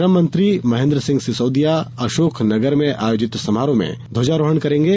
श्रम मंत्री महेन्द्र सिंह सिसौदिया अशोक नगर में आयोजित समारोह में ध्वजारोहण करेंगे